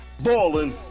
Ballin